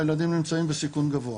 הילדים נמצאים בסיכון גבוה.